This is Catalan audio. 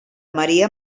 maria